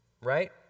right